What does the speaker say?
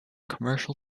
commercial